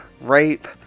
rape